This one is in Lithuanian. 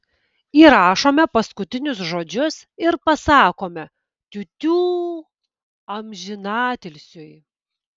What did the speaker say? įrašome paskutinius žodžius ir pasakome tiutiū amžinatilsiui